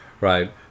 right